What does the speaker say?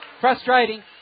frustrating